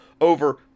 over